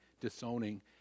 disowning